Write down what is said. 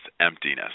emptiness